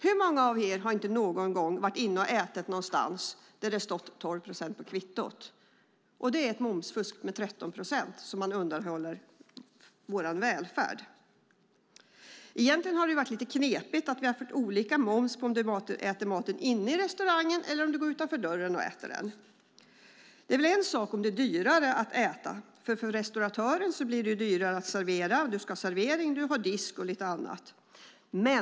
Hur många av er har inte någon gång ätit på ett ställe där det på kvittot står att momsen är 12 procent? Det är ett momsfusk med 13 procent - medel som undanhålls vår välfärd. Egentligen har det varit lite knepigt med olika moms beroende på om man äter maten inne på en restaurang eller om man tar med sig maten. En sak är väl om det är dyrare att äta på restaurang. En annan sak är att det för restauratören blir dyrare med tanke på servering, disk och lite annat.